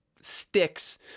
sticks